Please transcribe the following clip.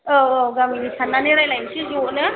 औ औ गामिनि साननानै रायज्लायनोसै ज'नो